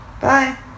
Bye